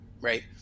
Right